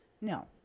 no